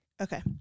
Okay